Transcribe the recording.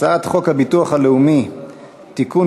הצעת חוק הביטוח הלאומי (תיקון,